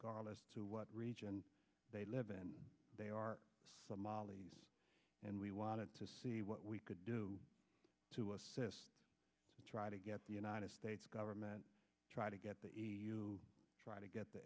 as to what region they live and they are somalis and we wanted to see what we could do to assist and try to get the united states government try to get the e u try to get the